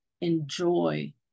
Enjoy